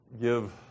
give